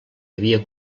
havia